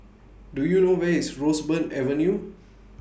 Do YOU know Where IS Roseburn Avenue